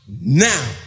now